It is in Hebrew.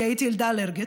כי הייתי ילדה אלרגית,